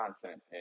content